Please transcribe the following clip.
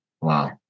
Wow